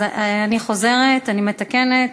אז אני חוזרת, אני מתקנת,